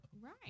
Right